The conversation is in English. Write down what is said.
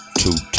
two